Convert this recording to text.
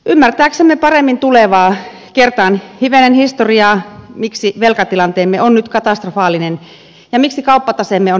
ymmärtääksemme paremmin tulevaa kertaan hivenen historiaa miksi velkatilanteemme on nyt katastrofaalinen ja miksi kauppataseemme on negatiivinen